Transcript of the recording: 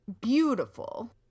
beautiful